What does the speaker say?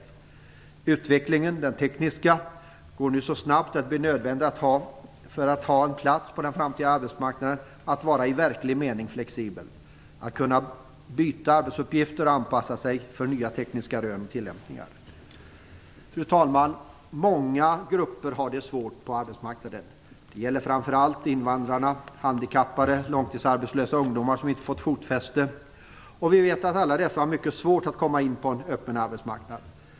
Den tekniska utvecklingen går nu så snabbt att det, om man skall ha en plats på den framtida arbetsmarknaden, blir nödvändigt att i verklig mening vara flexibel, att kunna byta arbetsuppgifter och anpassa sig till nya tekniska rön och tillämpningar. Fru talman! Många grupper har det svårt på arbetsmarknaden. Det gäller framför allt invandrare, handikappade, långtidsarbetslösa och ungdomar som inte har fått fotfäste på arbetsmarknaden. Vi vet att alla dessa grupper har mycket svårt att komma in på en öppen arbetsmarknad.